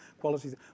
qualities